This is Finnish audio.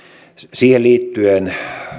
siihen liittyen